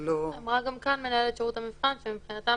אמרה גם כאן מנהלת שירות המבחן שמבחינתם